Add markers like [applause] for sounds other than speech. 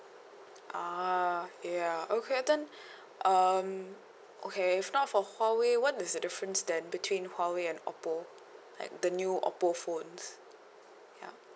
ah ya okay then [breath] um okay if not for huawei what is the difference then between huawei and oppo like the new oppo phones ya